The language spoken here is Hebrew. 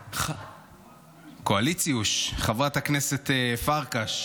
קואליציוש, חברת הכנסת פרקש,